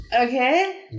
Okay